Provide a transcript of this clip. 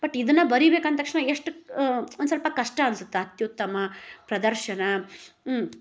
but ಇದನ್ನ ಬರಿಬೇಕು ಅಂದ ತಕ್ಷಣ ಎಷ್ಟು ಒಂದು ಸ್ವಲ್ಪ ಕಷ್ಟ ಅನ್ಸುತ್ತೆ ಅತ್ಯುತ್ತಮ ಪ್ರದರ್ಶನ